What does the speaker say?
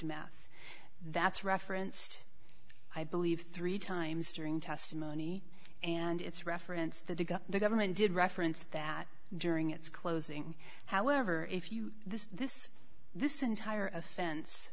math that's referenced i believe three times during testimony and it's reference the digha the government did reference that during its closing however if you this this this entire offense